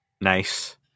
Nice